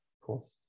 Cool